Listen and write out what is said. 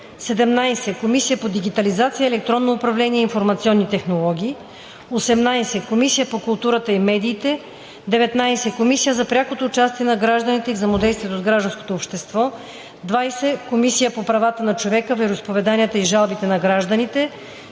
17. Комисия по дигитализация, електронно управление и информационни технологии; 18. Комисия по културата и медиите; 19. Комисия за прякото участие на гражданите и взаимодействието с гражданското общество; 20. Комисия по правата на човека, вероизповеданията и жалбите на гражданите;